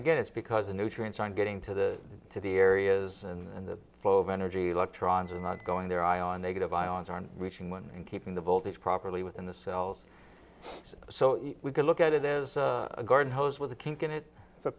again it's because the nutrients are getting to the to the areas and the flow of energy electrons are not going there ion negative ions are not reaching and keeping the voltage properly within the cells so we can look at it as a garden hose with